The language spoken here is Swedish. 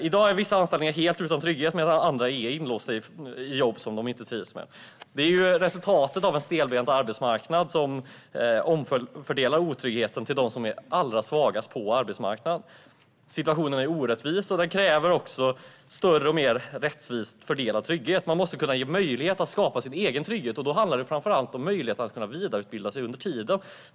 I dag är vissa anställningar helt utan trygghet, medan andra människor är inlåsta i jobb de inte trivs med. Det är resultatet av en stelbent arbetsmarknad som omfördelar otryggheten till dem som är allra svagast på arbetsmarknaden. Situationen är orättvis, och det krävs en större och mer rättvist fördelad trygghet. Man måste få möjlighet att skapa sin egen trygghet, och då handlar det framför allt om möjligheten att vidareutbilda sig under tiden.